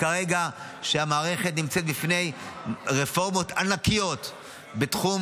כרגע המערכת נמצאת בפני רפורמות ענקיות בתחום